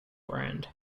brand